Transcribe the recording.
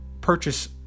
purchase